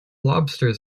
lobsters